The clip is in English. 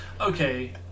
Okay